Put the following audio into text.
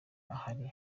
ahari